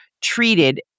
treated